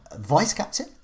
vice-captain